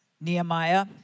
Nehemiah